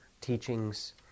teachings